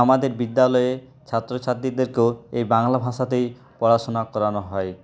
আমাদের বিদ্যালয়ে ছাত্রছাত্রীদেরকেও এই বাংলা ভাষাতেই পড়াশোনা করানো হয়